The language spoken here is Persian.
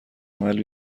عمل